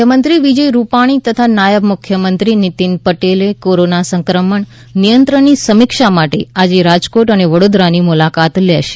મુખ્યમંત્રી વિજય રૂપાણી તથા નાયબ મુખ્યમંત્રી નીતીન પટેલ કોરોના સંક્રમણ નિયંત્રણની સમીક્ષા માટે આજે રાજકોટ અને વડોદરાની મુલાકાત લેશે